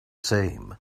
same